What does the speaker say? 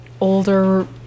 older